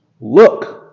Look